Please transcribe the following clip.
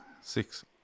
Six